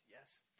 yes